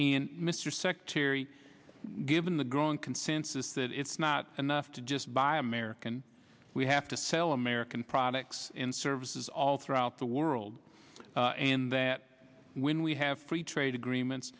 and mr secretary given the growing consensus that it's not enough to just buy american we have to sell american products and services all throughout the world and that when we have free trade agreements